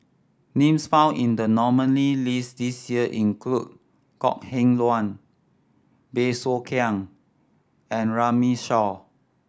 names found in the nominee list this year include Kok Heng Leun Bey Soo Khiang and Runme Shaw